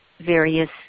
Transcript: various